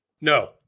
No